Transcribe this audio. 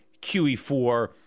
QE4